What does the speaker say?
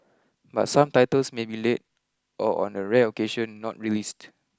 but some titles may be late or on a rare occasion not released